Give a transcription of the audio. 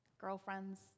girlfriends